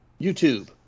youtube